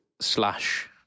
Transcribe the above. slash